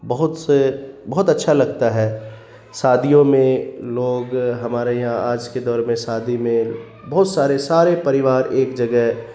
بہت سے بہت اچھا لگتا ہے شادیوں میں لوگ ہمارے یہاں آج کے دور میں شادی میں بہت سارے سارے پریوار ایک جگہ